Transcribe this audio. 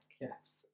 Yes